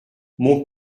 mon